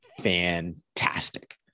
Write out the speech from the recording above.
fantastic